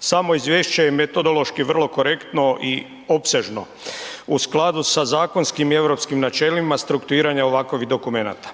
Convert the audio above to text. Samo izvješće je metodološki vrlo korektno i opsežno u skladu sa zakonskim i europskim načelima strukturiranja ovakvih dokumenata.